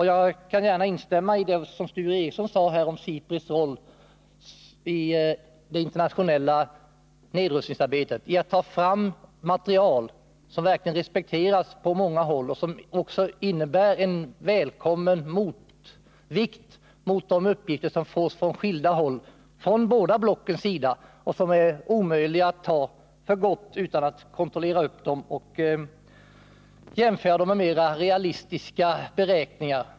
Jag kan gärna instämma i vad Sture Ericson sade om SIPRI:s roll i det internationella nedrustningsarbetet när det gällt att ta fram material som verkligen respekteras på många håll och som innebär en välkommen motvikt mot de uppgifter som fås från de båda blocken. Dessa uppgifter kan man inte ta för gott utan att kontrollera dem och jämföra dem med mer realistiska beräkningar.